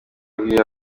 yabwiye